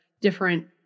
different